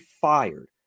fired